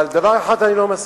אבל לדבר אחד אני לא מסכים: